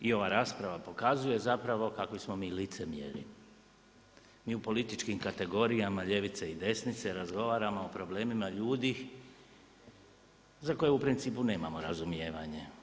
I ova rasprava pokazuje zapravo kakvi smo mi licemjeri, mi u političkim kategorijama ljevice i desnice razgovaramo o problemima ljudi za koje u principu nemamo razumijevanje.